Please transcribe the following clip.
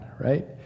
right